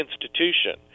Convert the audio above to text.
institution